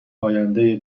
آینده